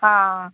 ਹਾਂ